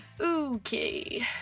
Okay